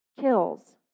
kills